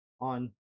on